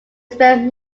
spent